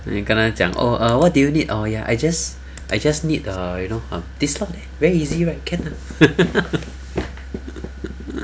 你跟他讲 orh err what do you need err ya I just I just need err you know err this lor very easy right can ah